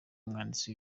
umwanditsi